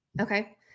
Okay